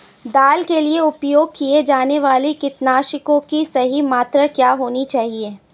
दाल के लिए उपयोग किए जाने वाले कीटनाशकों की सही मात्रा क्या होनी चाहिए?